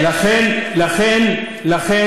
ואנחנו